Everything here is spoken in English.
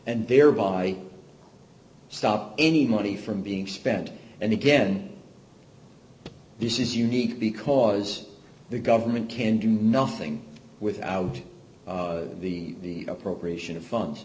and thereby stop anybody from being spent and again this is unique because the government can do nothing without the appropriation of funds